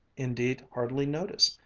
indeed hardly noticed,